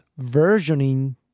versioning